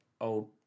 old